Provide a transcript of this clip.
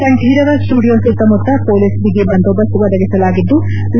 Kanteerava studio ಸುತ್ತಮುತ್ತ police ಬಿಗಿ ಬಂದೋಬಸ್ತ್ ಒದಗಿಸಲಾಗಿದ್ಲು